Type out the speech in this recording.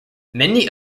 many